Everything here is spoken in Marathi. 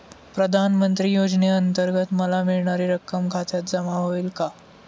प्रधानमंत्री योजनेअंतर्गत मला मिळणारी रक्कम खात्यात जमा होईल का?